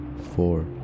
four